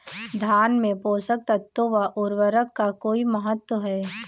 धान में पोषक तत्वों व उर्वरक का कोई महत्व है?